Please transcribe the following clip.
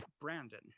Brandon